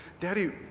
Daddy